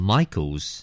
Michael's